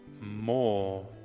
more